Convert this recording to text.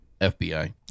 FBI